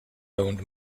owned